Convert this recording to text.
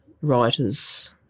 writers